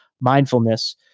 mindfulness